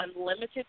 unlimited